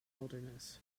wilderness